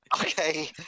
Okay